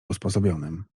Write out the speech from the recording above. usposobionym